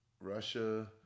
Russia